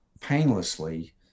painlessly